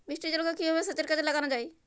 বৃষ্টির জলকে কিভাবে সেচের কাজে লাগানো য়ায়?